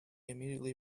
immediately